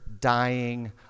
dying